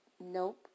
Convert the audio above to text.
Nope